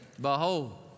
behold